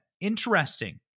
Interesting